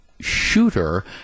shooter